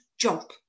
jump